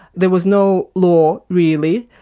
there was no law really,